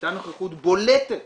הייתה נוכחות בולטת